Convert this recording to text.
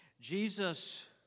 Jesus